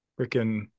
freaking